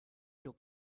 took